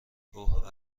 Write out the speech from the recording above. اوه